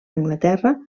anglaterra